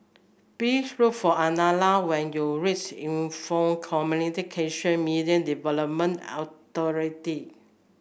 please look for Adele when you reach Info Communication Media Development Authority